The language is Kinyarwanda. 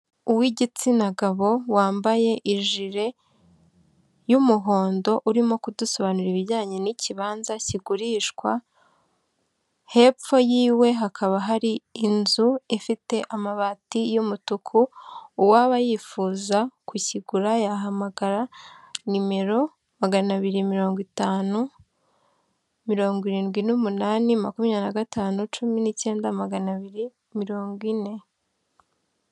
Uw'igitsina gabo wambaye ijire, y'umuhondo, urimo kudusobanurira ibijyanye n'ikibanza kigurishwa, hepfo y'iwe hakaba hari inzu ifite amabati y'umutuku, uwaba yifuza kukigura, yahamagara nimero magana abiri mirongo itanu, mirongo irindwi n'umunani, makumyabiri na gatanu, cumi n'icyenda, magana abiri mirongo ine.